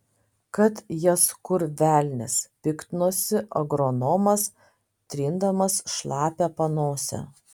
kad jas kur velnias piktinosi agronomas trindamas šlapią panosę